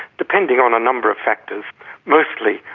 depending on a number of factors mostly,